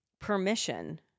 permission